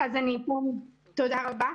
תודה רבה.